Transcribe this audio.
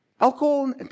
alcohol